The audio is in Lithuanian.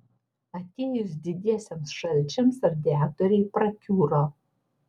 atėjus didiesiems šalčiams radiatoriai prakiuro